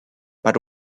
but